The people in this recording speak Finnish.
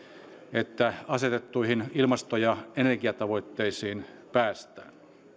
että asetettuihin ilmasto ja energiatavoitteisiin päästään